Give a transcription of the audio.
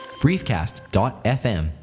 briefcast.fm